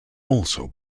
also